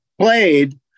played